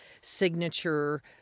signature